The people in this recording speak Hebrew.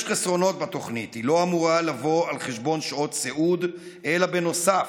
יש חסרונות בתוכנית: היא לא אמורה לבוא על חשבון שעות סיעוד אלא בנוסף,